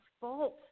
fault